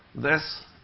this